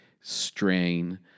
strain